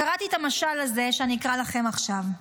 קראתי את המשל הזה, שאקרא לכם עכשיו.